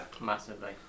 Massively